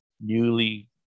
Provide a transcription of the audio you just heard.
newly